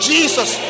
Jesus